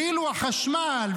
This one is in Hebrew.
ואילו החשמל,